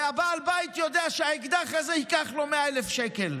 ובעל הבית יודע שהאקדח הזה ייקח לו 100,000 שקל.